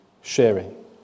sharing